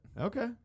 Okay